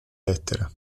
lettera